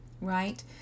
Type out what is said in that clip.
right